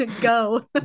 go